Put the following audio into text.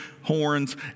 horns